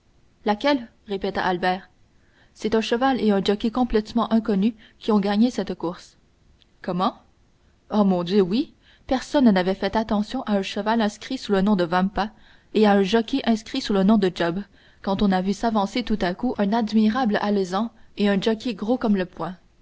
laquelle répéta albert c'est un cheval et un jockey complètement inconnus qui ont gagné cette course comment oh mon dieu oui personne n'avait fait attention à un cheval inscrit sous le nom de vampa et à un jockey inscrit sous le nom de job quand on a vu s'avancer tout à coup un admirable alezan et un jockey gros comme le poing